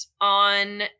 on